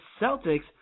Celtics